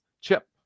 chip